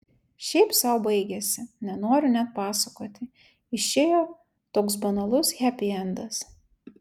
šiaip sau baigėsi nenoriu net pasakoti išėjo toks banalus hepiendas